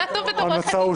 ההמלצה אושרה.